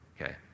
Okay